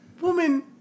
woman